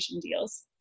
deals